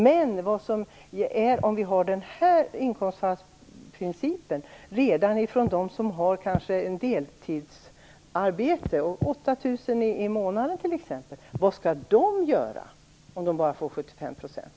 Men det blir problem om vi tillämpar inkomstbortfallsprincipen redan för dem som har deltidsarbete och t.ex. 8 000 kr i månaden. Vad skall de göra om de bara får 75 %?